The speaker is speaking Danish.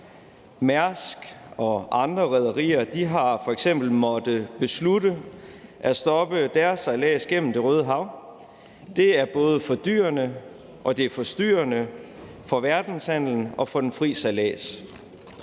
Mærsk og andre rederier har f.eks. måttet beslutte at stoppe deres sejlads gennem Det Røde Hav. Det er både fordyrende og forstyrrende for verdenshandelen og for den frie sejlads.